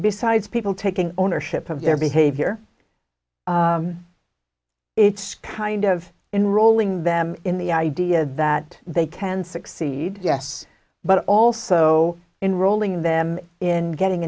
besides people taking ownership of their behavior it's kind of in rolling them in the idea that they can succeed yes but also in rolling them in getting